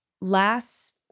last